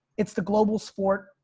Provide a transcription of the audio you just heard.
it's the global sport.